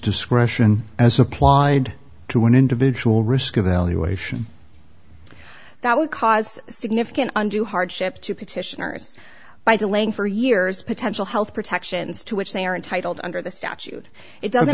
discretion as applied to an individual risk of alleyways that would cause significant undue hardship to petitioners by delaying for years potential health protections to which they are entitled under the statute it do